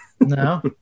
No